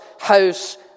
house